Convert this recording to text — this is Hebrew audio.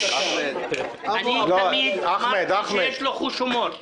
--- אני תמיד אמרתי שיש לו חוש הומור.